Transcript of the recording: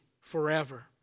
forever